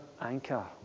anchor